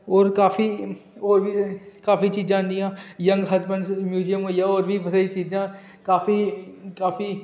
होर काफी होर बी काफी चीजां न यंग हसबेंड़ म्यूज़ियम होईआ होर बी बथ्हेरी चीजां काफी काफी